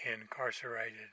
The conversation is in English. incarcerated